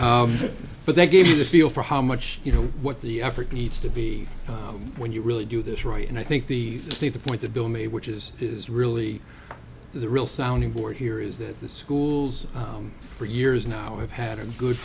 three but they gave me a feel for how much you know what the effort needs to be when you really do this right and i think the thing to point the bill may which is is really the real sounding board here is that the schools for years now i've had a good